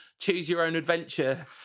choose-your-own-adventure